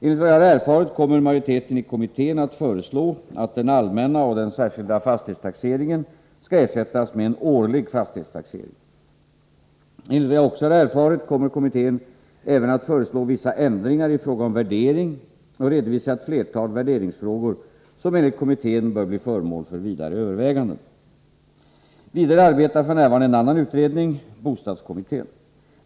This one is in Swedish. Enligt vad jag har erfarit kommer majoriteten i kommittén att föreslå att den allmänna och den särskilda fastighetstaxeringen skall ersättas med en årlig fastighetstaxering. Enligt vad jag också har erfarit kommer kommittén även att föreslå vissa ändringar i fråga om värdering och redovisa ett flertal värderingsfrågor som enligt kommittén bör bli föremål för vidare överväganden. Vidare arbetar f. n. en annan utredning, bostadskommittén .